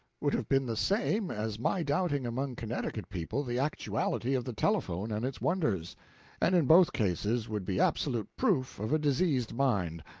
would have been the same as my doubting among connecticut people the actuality of the telephone and its wonders and in both cases would be absolute proof of a diseased mind,